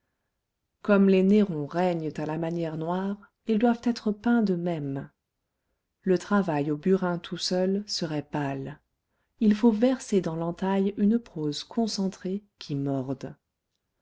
comme les nérons règnent à la manière noire ils doivent être peints de même le travail au burin tout seul serait pâle il faut verser dans l'entaille une prose concentrée qui morde